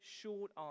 short